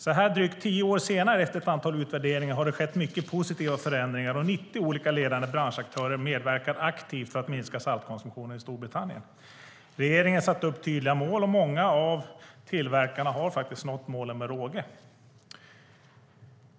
Så här drygt tio år senare, efter ett antal utvärderingar, ser man att det har skett mycket positiva förändringar. 90 olika ledande branschaktörer medverkar aktivt för att minska saltkonsumtionen i Storbritannien. Regeringen satte upp tydliga mål, och många av tillverkarna har nått målen med råge.